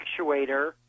actuator